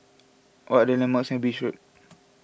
what are the landmarks near Beach Road